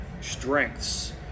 strengths